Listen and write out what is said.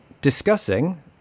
discussing